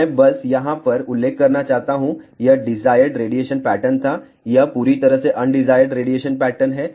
मैं बस यहाँ पर उल्लेख करना चाहता हूं यह डिजायर्ड रेडिएशन पैटर्न था यह पूरी तरह से अनडिजायर्ड रेडिएशन पैटर्न है